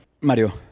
Mario